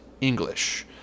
English